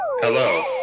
hello